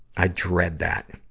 i dread that.